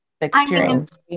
experience